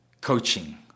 coaching